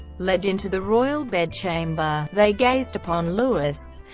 led into the royal bedchamber, they gazed upon louis,